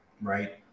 right